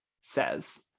says